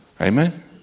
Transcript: Amen